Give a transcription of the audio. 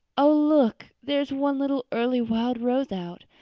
oh, look, there's one little early wild rose out!